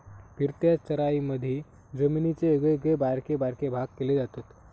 फिरत्या चराईमधी जमिनीचे वेगवेगळे बारके बारके भाग केले जातत